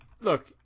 look